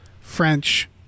French